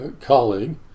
colleague